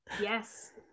yes